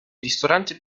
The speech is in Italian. ristoranti